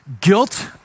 guilt